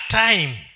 time